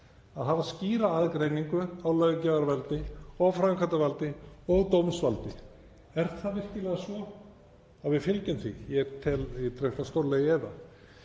að hafa skýra aðgreiningu á löggjafarvaldi og framkvæmdarvaldi og dómsvaldi. Er það virkilega svo að við fylgjum því? Ég dreg það stórlega í efa.